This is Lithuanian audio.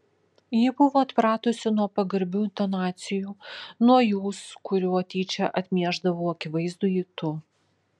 ji buvo atpratusi nuo pagarbių intonacijų nuo jūs kuriuo tyčia atmiešdavau akivaizdųjį tu